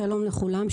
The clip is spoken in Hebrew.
שלום לכולם.